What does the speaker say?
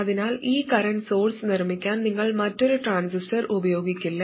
അതിനാൽ ഈ current source നിർമ്മിക്കാൻ നിങ്ങൾ മറ്റൊരു ട്രാൻസിസ്റ്റർ ഉപയോഗിക്കില്ല